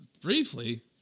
Briefly